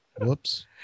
Whoops